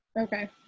Okay